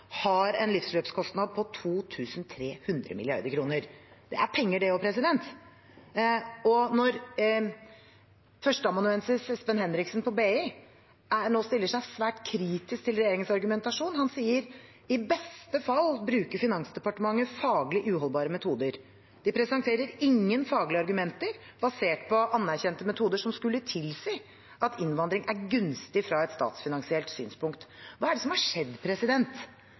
har en livsløpskostnad på 2 300 mrd. kr. Det er penger det òg. Førsteamanuensis Espen Henriksen på BI stiller seg svært kritisk til regjeringens argumentasjon. Han sier: I beste fall bruker Finansdepartementet faglig uholdbare metoder. De presenterer ingen faglige argumenter basert på anerkjente metoder som skulle tilsi at innvandring er gunstig fra et statsfinansiert synspunkt. Hva er det som har skjedd